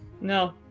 no